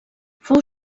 fou